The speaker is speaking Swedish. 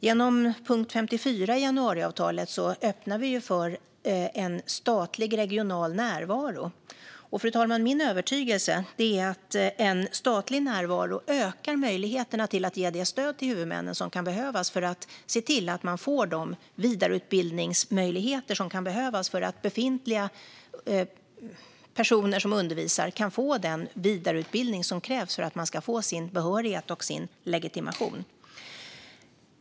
Genom punkt 54 i januariavtalet öppnar vi för en statlig regional närvaro. Min övertygelse, fru talman, är att en statlig närvaro ökar möjligheterna till att ge det stöd till huvudmännen som kan behövas för att de ska kunna skapa vidareutbildningsmöjligheter. Det handlar om möjligheter som kan behövas för att befintlig personal som undervisar ska kunna få den vidareutbildning som krävs för att de ska få sin behörighet och sin legitimation.